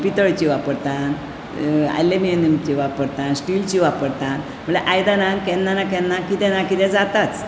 पितळची वापरता आलेमिनची वापरतात स्टिलची वापरतात म्हणल्यार आयदनांक केन्ना ना केन्ना कितें ना कितें जाताच